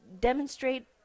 demonstrate